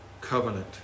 covenant